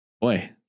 Boy